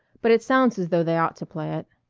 but it sounds as though they ought to play it.